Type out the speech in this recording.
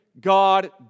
God